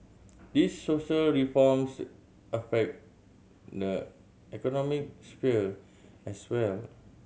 these social reforms affect the economic sphere as well